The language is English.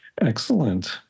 excellent